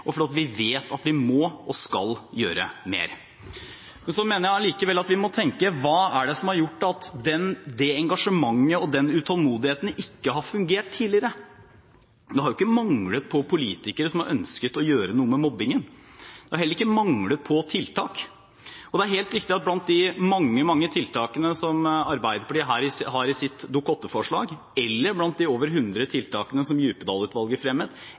og fordi vi vet at vi må, og skal, gjøre mer. Så mener jeg allikevel at vi må tenke: Hva er det som har gjort at det engasjementet og den utålmodigheten ikke har fungert tidligere? Det har jo ikke manglet på politikere som har ønsket å gjøre noe med mobbing. Det har heller ikke manglet på tiltak. Det er helt riktig at blant de mange, mange tiltakene som Arbeiderpartiet her har i sitt Dokument 8-forslag, eller blant de over hundre tiltakene som Djupedal-utvalget fremmet,